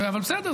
אבל בסדר,